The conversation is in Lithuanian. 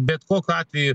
bet kokiu atveju